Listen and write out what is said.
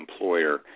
employer